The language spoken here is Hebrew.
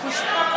בושה,